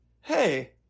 Hey